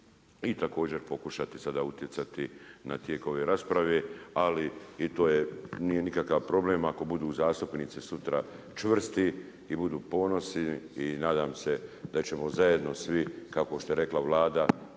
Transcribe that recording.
i također pokušati sada utjecati na tijek ove rasprave ali i to je, nije nikakav problem ako budu zastupnici sutra čvrsti i budu ponosni i nadam se da ćemo zajedno svi, kako šta je rekla Vlada,